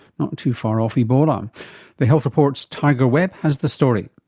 not too far off ebola. um the health report's tiger webb has the story.